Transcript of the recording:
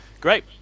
Great